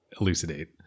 elucidate